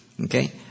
Okay